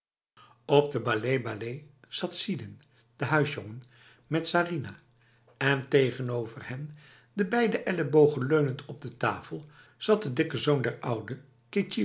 op de balé balé zat sidin de huisjongen met sarinah en tegenover hen de beide ellebogen leunend op de tafel zat de dikke zoon der oude